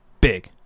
big